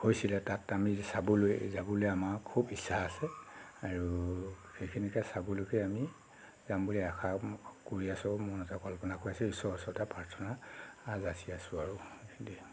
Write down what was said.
হৈছিলে তাত আমি চাবলৈ যাবলৈ আমাৰ খুব ইচ্ছা আছে আৰু সেইখিনিকে চাবলৈকে আমি যাম বুলি আশা কৰি আছোঁ মনতে কল্পনা কৰি আছোঁ ঈশ্বৰৰ ওচৰতে প্ৰাৰ্থনা যাচি আছোঁ আৰু এতিয়া